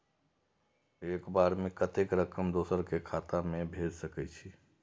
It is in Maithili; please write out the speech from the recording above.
एक बार में कतेक रकम दोसर के खाता में भेज सकेछी?